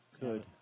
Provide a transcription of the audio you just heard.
Good